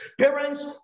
parents